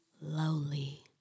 lowly